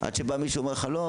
עד שבא מישהו ואומר לך: לא,